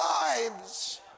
lives